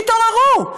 תתעוררו.